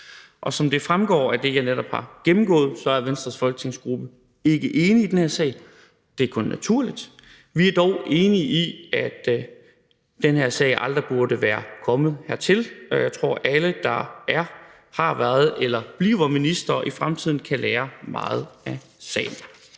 Som det fremgår af det, jeg netop har gennemgået, er Venstres folketingsgruppe ikke enig om den her sag. Det er kun naturligt. Vi er dog enige om, at den her sag aldrig burde være kommet hertil, og jeg tror, at alle, der er eller har været eller bliver minister i fremtiden, kan lære meget af sagen.